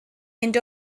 mynd